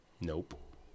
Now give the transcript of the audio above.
nope